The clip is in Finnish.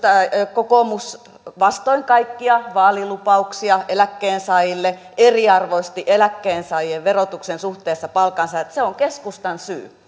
kokoomus vastoin kaikkia vaalilupauksia eläkkeensaajille eriarvoisti eläkkeensaajien verotuksen suhteessa palkansaajiin on keskustan syy